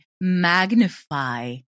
magnify